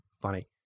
funny